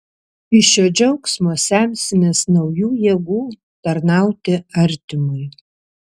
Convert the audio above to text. iš šio džiaugsmo semsimės naujų jėgų tarnauti artimui